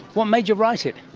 what made you write it?